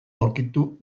aurkitu